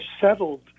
settled